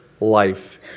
life